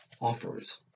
offers